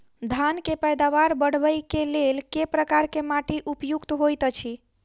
धान केँ पैदावार बढ़बई केँ लेल केँ प्रकार केँ माटि उपयुक्त होइत अछि?